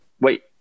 Wait